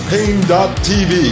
Pain.tv